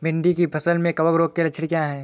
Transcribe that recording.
भिंडी की फसल में कवक रोग के लक्षण क्या है?